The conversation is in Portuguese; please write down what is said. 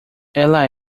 ela